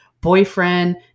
boyfriend